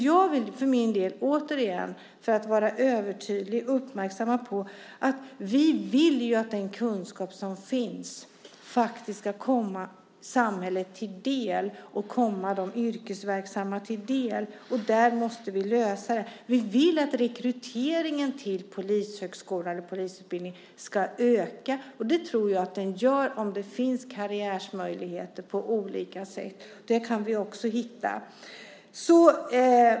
Jag vill för min del återigen, för att vara övertydlig, uppmärksamma på att vi vill att den kunskap som finns ska komma samhället till del och komma de yrkesverksamma till del. Det måste vi lösa. Vi vill att rekryteringen till polisutbildningen ska öka, och det tror jag att den gör om det finns karriärmöjligheter på olika sätt. Det kan vi också hitta.